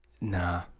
Nah